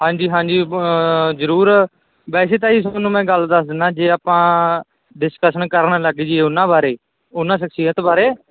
ਹਾਂਜੀ ਹਾਂਜੀ ਜ਼ਰੂਰ ਵੈਸੇ ਤਾਂ ਜੀ ਤੁਹਾਨੂੰ ਮੈਂ ਗੱਲ ਦੱਸ ਦਿੰਦਾ ਜੇ ਆਪਾਂ ਡਿਸਕਸ਼ਨ ਕਰਨ ਲੱਗ ਜਾਈਏ ਉਹਨਾਂ ਬਾਰੇ ਉਹਨਾਂ ਸ਼ਖਸੀਅਤ ਬਾਰੇ